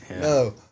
No